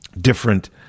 different